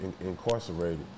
incarcerated